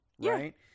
Right